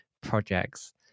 projects